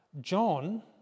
John